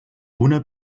una